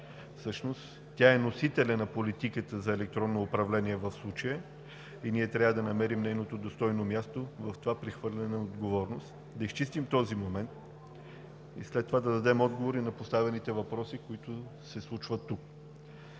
тя е носителят на политиката за електронно управление и ние трябва да намерим нейното достойно място в това прехвърляне на отговорност, да изчистим този момент и след това да дадем отговор на поставените въпроси. Искрено се надявам,